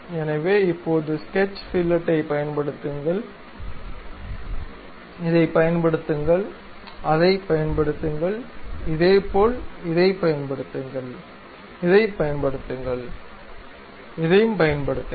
எனவே இப்போது ஸ்கெட்ச் ஃபில்லெட்டைப் பயன்படுத்துங்கள் இதைப் பயன்படுத்துங்கள் அதைப் பயன்படுத்துங்கள் இதேபோல் இதைப் பயன்படுத்துங்கள் இதைப் பயன்படுத்துங்கள் இதைப் பயன்படுத்துங்கள்